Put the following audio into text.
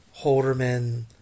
Holderman